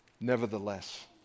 Nevertheless